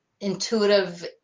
intuitive